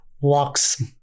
walks